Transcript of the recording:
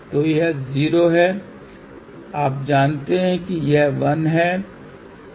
तो यह 0 है आप जानते हैं कि यह 1 है अनंत